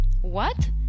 What